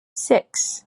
six